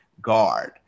guard